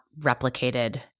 replicated